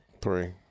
three